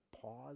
pause